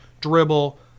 dribble